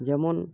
যেমন